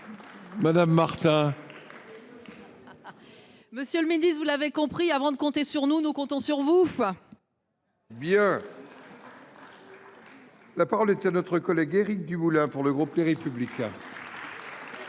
Madame Martin. Monsieur le Ministre, vous l'avez compris, avant de compter sur nous, nous comptons sur vous. Bien. La parole est à notre collègue Eric Dumoulin pour le groupe Les Républicains.